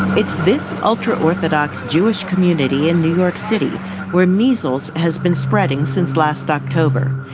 it's this ultra-orthodox jewish community in new york city where measles has been spreading since last october.